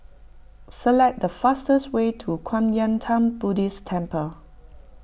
select the fastest way to Kwan Yam theng Buddhist Temple